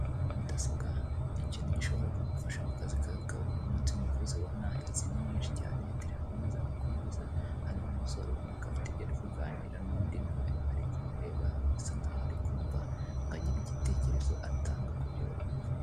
Mudasobwa ni ikintu gishobora kugufasha mu kazi kawe ka buri munsi nkuko uzibona izi ni nyinshi cyane terefone zabo kumeza hariho umusore ubona ko afite ibyo ari kuganira nundi nawe ari kumureba asa naho ari kumva nka nyiri igitekerezo atanga kubyo bari kuvuga.